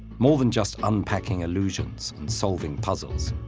more than just unpacking allusions and solving puzzles.